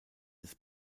des